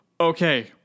okay